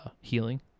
healing